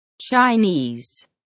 chinese